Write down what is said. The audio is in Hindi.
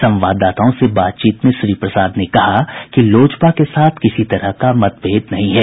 संवाददाताओं से बातचीत में श्री प्रसाद ने कहा कि लोजपा के साथ किसी तरह का मतभेद नहीं है